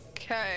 Okay